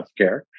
healthcare